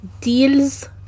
deals